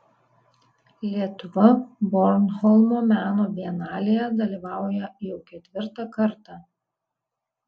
lietuva bornholmo meno bienalėje dalyvauja jau ketvirtą kartą